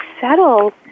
settle